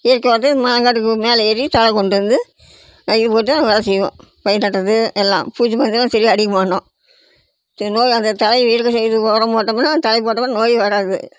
இயற்கை வந்து மலங்காட்டுக்கு மேலே ஏறி தழை கொண்டுட்டு வந்து இது போட்டு வேலை செய்வோம் பயிர் நடுறது எல்லாம் பூச்சி மருந்துலாம் சரியா அடிக்க மாட்டோம் சரி நோய் அந்த தழை இடது சைடு உரம் போட்டோம்ன்னா தழை போட்டோம்ன்னா நோயே வராது